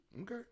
Okay